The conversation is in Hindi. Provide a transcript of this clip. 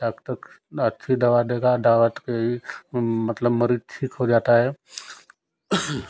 डॉक्टर अच्छी दवा देगा मतलब मरीज ठीक हो जाता है